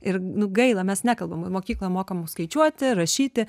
ir nu gaila mes nekalbam mokykloj mokom skaičiuoti rašyti